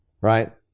right